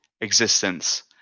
existence